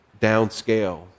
Downscale